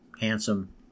Handsome